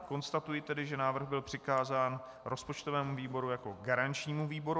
Konstatuji tedy, že návrh byl přikázán rozpočtovému výboru jako garančnímu výboru.